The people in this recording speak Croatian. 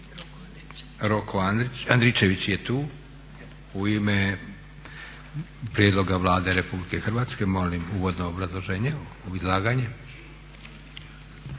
Roko Andričević je tu, u ime prijedloga Vlade RH. Molim uvodno obrazloženje.